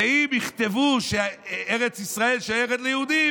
ואם יכתבו שארץ ישראל שייכת ליהודים,